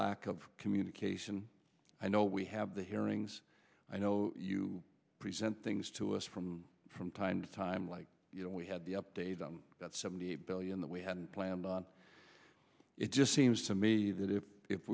lack of communication i know we have the hearings i know you present things to us from from time to time like you know we had the update on that seventy billion that we hadn't planned on it just seems to me that if if